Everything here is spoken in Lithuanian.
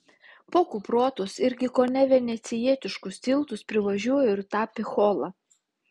po kuprotus irgi kone venecijietiškus tiltus privažiuoju ir tą picholą